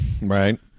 Right